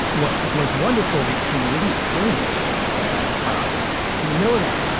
what was wonderful became really alienating. and um in the middle of that,